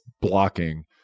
blocking